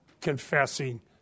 confessing